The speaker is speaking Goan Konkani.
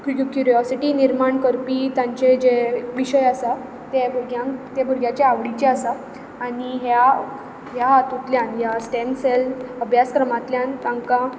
क्यूर क्यूरोसीटी निर्माण करपी तांचे जे विशय आसात ते भुरग्यांक ते भुरग्यांच्या आवडीचे आसात आनी ह्या ह्या हातूंतल्यान ह्या स्टेम सेल अभ्यासक्रमांतल्यान तांकां